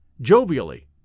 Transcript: jovially